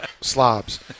slobs